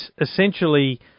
essentially